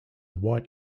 white